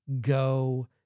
go